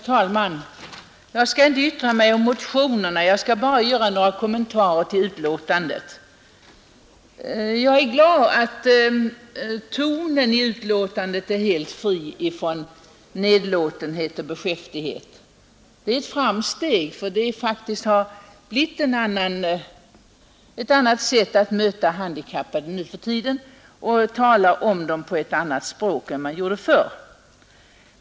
Herr talman! Jag skall inte yttra mig om motionerna utan bara göra några kommentarer till betänkandet. Jag är glad för att tonen i betänkandet är helt fri från nedlåtenhet och beskäftighet. Det är ett framsteg; det har faktiskt blivit ett annat sätt att möta handikappade nu för tiden, och man talar om dem med ett annat språk än man gjorde förr.